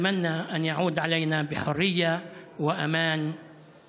ואנו מאחלים שכשיחזור בשנה הבאה נדע חירות,